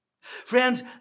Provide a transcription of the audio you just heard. Friends